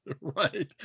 Right